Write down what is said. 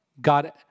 God